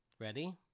ready